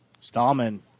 Stallman